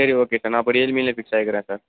சரி okay sir நான் ரியல்மிலேயே ஃபிக்ஸ் ஆகிக்கிறேன் சார்